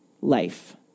life